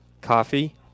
Coffee